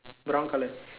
brown color